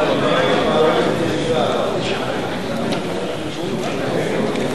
מוות במרשם רופא),